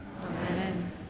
Amen